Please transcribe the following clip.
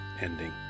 ending